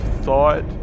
thought